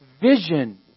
vision